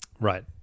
Right